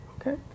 Okay